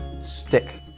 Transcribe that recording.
stick